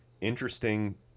Interesting